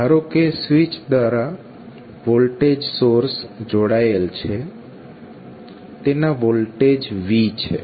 ધારો કે સ્વીચ દ્વારા વોલ્ટેજ સોર્સ જોડાયેલ છે તેના વોલ્ટેજ V છે